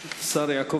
השר יעקב